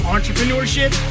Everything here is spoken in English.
Entrepreneurship